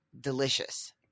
delicious